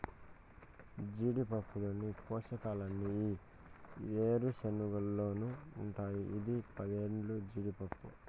జీడిపప్పులోని పోషకాలన్నీ ఈ ఏరుశనగలోనూ ఉంటాయి ఇది పేదోల్ల జీడిపప్పు